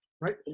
Right